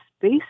space